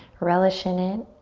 relish in it,